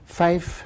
five